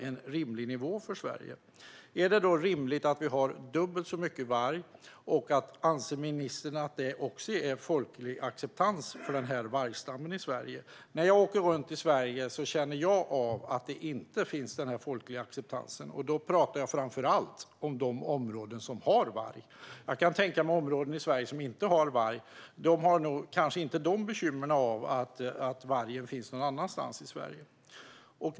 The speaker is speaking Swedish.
Anser ministern att det är rimligt att vi har dubbelt så mycket varg, och anser ministern att det finns folklig acceptans för den vargstam som finns i Sverige? När jag åker runt i Sverige känner jag av att det inte finns en sådan folklig acceptans. Då pratar jag framför allt om de områden som har varg. Jag kan tänka mig att de områden i Sverige som inte har varg inte bekymras särskilt mycket av att vargen finns någon annanstans i landet.